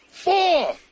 four